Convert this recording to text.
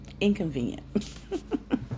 inconvenient